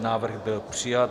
Návrh byl přijat.